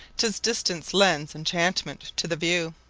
tis distance lends enchantment to the view.